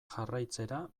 jarraitzera